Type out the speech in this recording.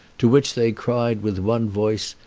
to which they cried with one voice,